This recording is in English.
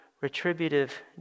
retributive